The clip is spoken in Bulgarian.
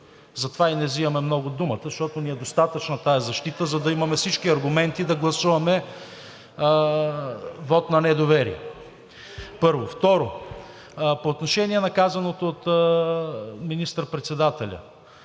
Затова и не взимаме много думата, защото ни е достатъчна тази защита, за да имаме всички аргументи да гласуваме вот на недоверие. Второ, по отношение на казаното от министър-председателя.